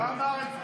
הוא לא אמר את זה.